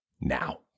now